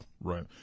Right